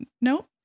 Nope